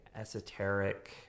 esoteric